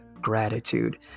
gratitude